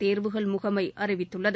தேர்வுகள் முகமை அறிவித்துள்ளது